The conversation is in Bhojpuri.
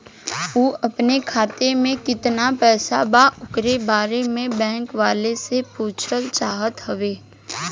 उ अपने खाते में कितना पैसा बा ओकरा बारे में बैंक वालें से पुछल चाहत हवे?